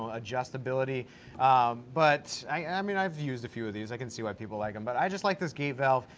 ah adjustability um but i mean, i've used a few of these. i can see why people like em, but i just like this gate valve,